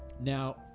Now